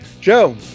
Joe